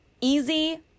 Easy